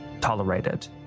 tolerated